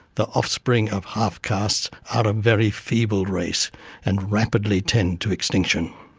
the offspring of half-castes are a very feeble race and rapidly tend to extinction.